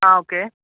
आं ऑके